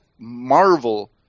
Marvel